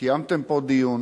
קיימתם פה דיון